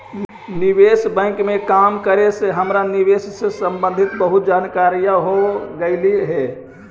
निवेश बैंक में काम करे से हमरा निवेश से संबंधित बहुत जानकारियाँ हो गईलई हे